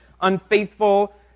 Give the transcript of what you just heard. unfaithful